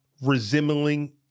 resembling